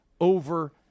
over